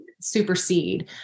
supersede